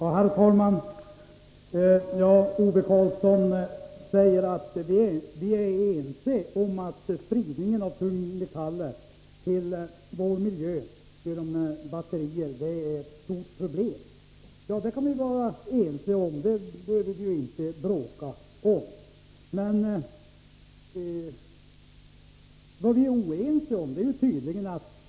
Herr talman! Ove Karlsson säger att vi är ense om att spridningen av tungmetaller till vår miljö är ett stort problem. Det kan vi vara ense om, det behöver vi inte bråka om. Däremot är vi oense på en annan punkt.